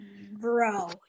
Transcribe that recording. Bro